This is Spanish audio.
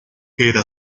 era